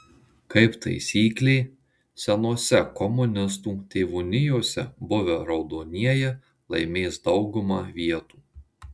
kaip taisyklė senose komunistų tėvonijose buvę raudonieji laimės daugumą vietų